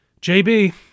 jb